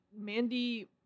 Mandy